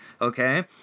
Okay